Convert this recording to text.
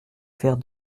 faire